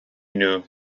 nhw